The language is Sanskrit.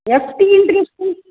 F D